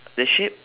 the shape